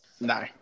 No